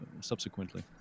subsequently